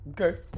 Okay